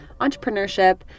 entrepreneurship